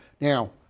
Now